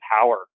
power